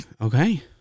Okay